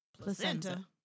Placenta